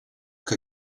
que